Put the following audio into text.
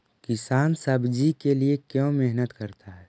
किसान सब्जी के लिए क्यों मेहनत करता है?